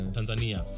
Tanzania